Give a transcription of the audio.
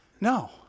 No